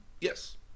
Yes